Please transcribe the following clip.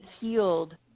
healed